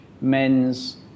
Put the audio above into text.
men's